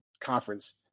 conference